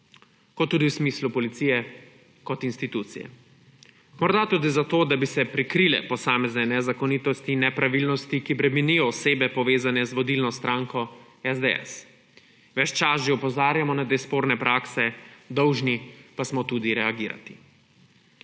kot tudi v smislu Policije kot institucije. Morda tudi zato, da bi se prikrile posamezne nezakonitosti in nepravilnosti, ki bremenijo osebe, povezane z vodilno stranko SDS. Več čas že opozarjamo na sporne prakse, dolžni pa smo tudi reagirati.